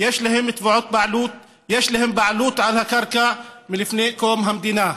יש להם בעלות על הקרקע מלפני קום המדינה.